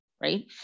right